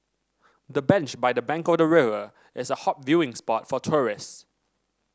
the bench by the bank of the river is a hot viewing spot for tourist